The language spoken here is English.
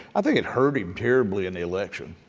i think it hurt him terribly in the election.